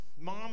mom